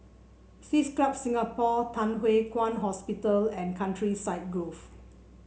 Swiss Club Singapore Thye Hua Kwan Hospital and Countryside Grove